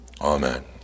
Amen